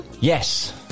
Yes